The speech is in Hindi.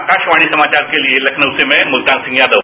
आकाशवाणी समाचार के लिए लखनऊ से मैं मुल्तान सिंह यादव